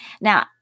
Now